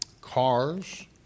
cars